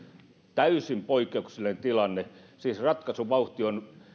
täysin poikkeuksellinen tilanne siis ratkaisuvauhti on